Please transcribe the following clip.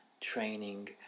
training